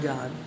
God